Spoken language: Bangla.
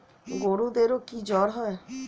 গরুদেরও কি জ্বর হয়?